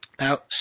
Now